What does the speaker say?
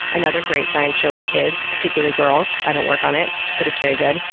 another great science show for kids, particularly girls. i don't work on it but it's very good.